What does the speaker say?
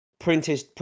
printed